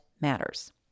matters